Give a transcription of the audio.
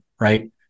Right